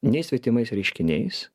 nei svetimais reiškiniais